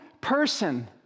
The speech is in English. person